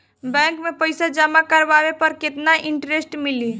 Bank में पईसा जमा करवाये पर केतना इन्टरेस्ट मिली?